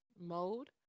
mode